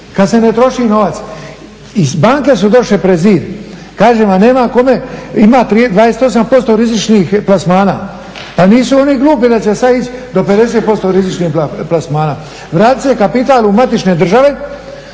kada se ne troši novac. I banke su došle pred zid. Kažem vam nema kome, ima 28% rizičnih plasmana, pa nisu oni glupi da će sada ići do 50% u rizične plasmane. Vrati se kapital u matične države